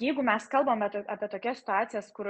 jeigu mes kalbame apie tokias situacijas kur